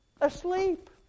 Asleep